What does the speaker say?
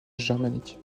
germanique